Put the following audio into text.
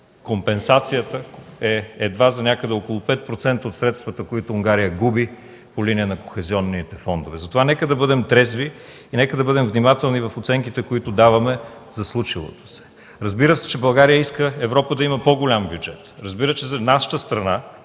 компенсацията е едва за някъде около 5% от средствата, които Унгария губи по линия на кохезионните фондове. Затова нека да бъдем трезви и внимателни в оценките, които даваме за случилото се. Разбира се, че България иска Европа да има по-голям бюджет, разбира се, че за нашата страна